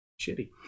shitty